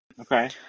Okay